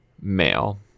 male